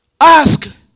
ask